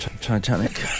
Titanic